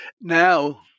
Now